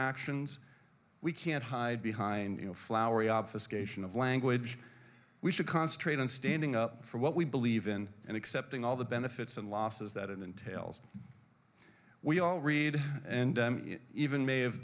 actions we can't hide behind you know flowery obfuscation of language we should concentrate on standing up for what we believe in and accepting all the benefits and losses that entails we all read and even may have